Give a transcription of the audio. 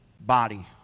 Body